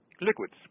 Liquids